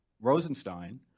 Rosenstein